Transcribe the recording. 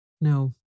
No